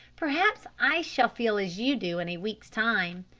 perhaps i shall feel as you do in a week's time.